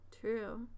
True